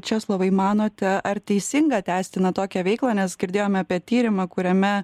česlovai manote ar teisinga tęsti na tokią veiklą nes girdėjome apie tyrimą kuriame